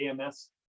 ams